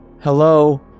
hello